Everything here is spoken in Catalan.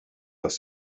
les